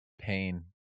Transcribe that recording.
pain